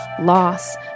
loss